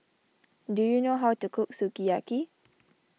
do you know how to cook Sukiyaki